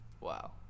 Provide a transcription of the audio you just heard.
wow